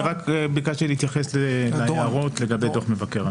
רק ביקשתי להתייחס להערות לגבי דוח מבקר המדינה.